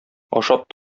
ашап